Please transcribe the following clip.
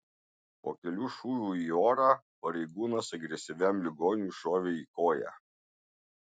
po kelių šūvių į orą pareigūnas agresyviam ligoniui šovė į koją